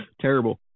Terrible